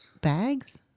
Bags